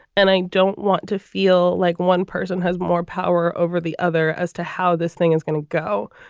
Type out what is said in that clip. and i don't want to feel like one person has more power over the other as to how this thing is going to go.